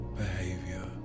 behavior